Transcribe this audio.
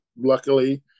luckily